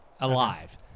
alive